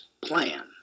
plan